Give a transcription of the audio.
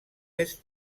est